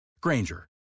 Granger